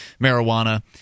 marijuana